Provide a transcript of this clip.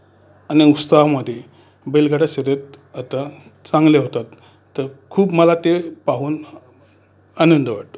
आणि उत्साहामध्ये बैलगाड्या शर्यत आता चांगल्या होतात तर खूप मला ते पाहून आनंद वाटतो